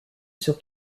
sur